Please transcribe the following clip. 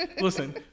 Listen